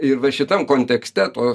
ir va šitam kontekste to